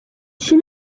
she